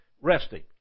resting